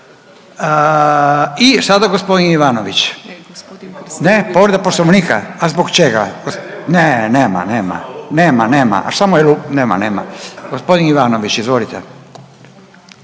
I sada gospodin Ivanović. Ne povreda Poslovnika. A zbog čega? Ne, nema, nema, nema, nema. Sa samo je. Nema, nema. Gospodin Ivanović izvolite.